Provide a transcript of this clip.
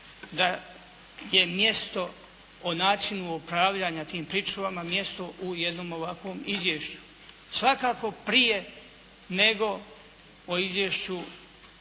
da je mjesto o načinu upravljanja tim pričuvama, mjesto u jednom ovakvom Izvješću. Svakako prije nego o Izvješću